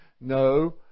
No